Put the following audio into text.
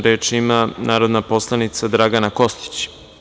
Reč ima narodna poslanica Dragana Kostić.